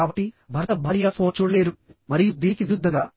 కాబట్టి భర్త భార్య ఫోన్ చూడలేరు మరియు దీనికి విరుద్ధంగా